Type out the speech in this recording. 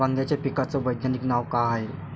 वांग्याच्या पिकाचं वैज्ञानिक नाव का हाये?